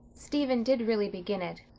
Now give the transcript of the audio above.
stephen did really begin it,